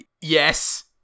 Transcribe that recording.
yes